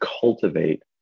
cultivate